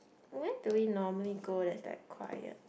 where do we normally go that's like quiet